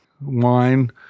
wine